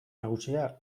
nagusia